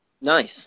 Nice